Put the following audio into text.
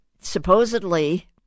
supposedly